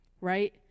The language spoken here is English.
right